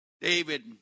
David